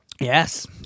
Yes